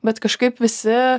bet kažkaip visi